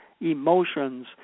Emotions